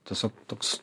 tiesiog toks